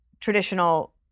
traditional